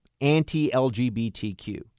anti-LGBTQ